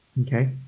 Okay